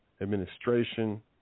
administration